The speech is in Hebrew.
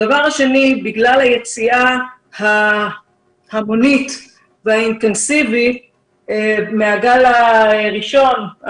הדבר השני בגלל היציאה ההמונית והאינטנסיבית מהגל הראשון,